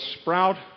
sprout